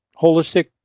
holistic